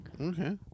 Okay